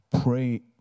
pray